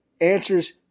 answers